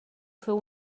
feu